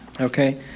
Okay